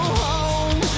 home